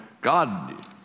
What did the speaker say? God